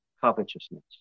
covetousness